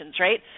right